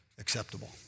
Acceptable